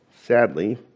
Sadly